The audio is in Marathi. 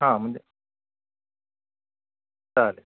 हां म्हणजे चालेल